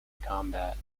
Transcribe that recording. combat